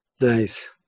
Nice